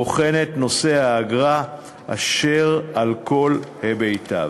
הבוחנת את נושא האגרה על כל היבטיו.